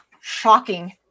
shocking